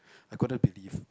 I couldn't believe